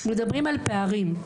מדברים על פערים,